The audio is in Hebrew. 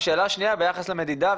ושאלה שנייה ביחס למדידה,